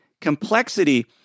complexity